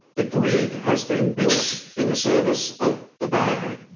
the grid has been built in the service of the bad.